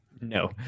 No